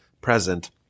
present